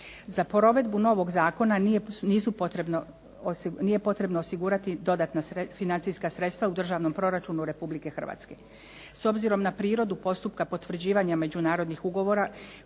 Za provedbu novog zakona nije potrebno osigurati dodatna financijska sredstva u državnom proračunu Republike Hrvatske. S obzirom na prirodu postupka potvrđivanja međunarodnih ugovora